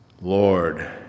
Lord